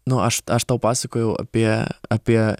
nu aš aš tau pasakojau apie apie